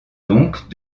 donc